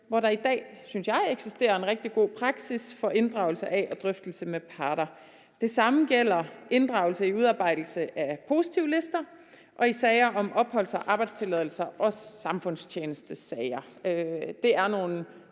hvor der i dag, synes jeg, eksisterer en rigtig god praksis for inddragelse af og drøftelse med parter. Det samme gælder inddragelse i udarbejdelse af positivlister og sager om opholds- og arbejdstilladelser og samfundstjenestesager. Det er nogle